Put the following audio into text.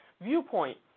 viewpoint